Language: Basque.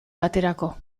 baterako